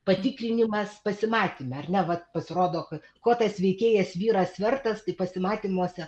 patikrinimas pasimatyme ar ne vat pasirodo kuo tas veikėjas vyras vertas tai pasimatymuose